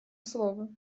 слово